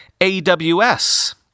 AWS